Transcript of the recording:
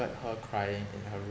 heard her crying in her